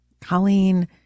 Colleen